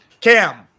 Cam